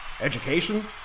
Education